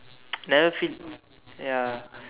never feel ya